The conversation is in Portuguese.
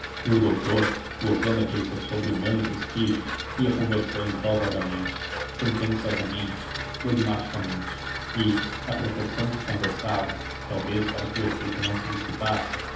e o doutor gozando aquele seu sobre humano prestígio ia conversando pausadamente sentenciosamente dogmaticamente e à proporção que conversava talvez para que o efeito não se dissipasse